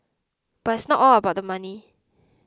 but it's not all about the money